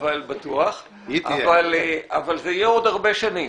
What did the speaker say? בטוח, אבל זה יהיה עוד הרבה שנים.